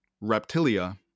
reptilia